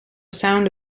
sound